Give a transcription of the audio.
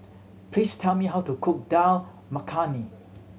please tell me how to cook Dal Makhani